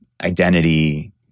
identity